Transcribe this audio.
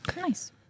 Nice